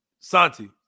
Santi